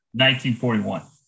1941